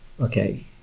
okay